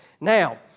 Now